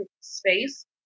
space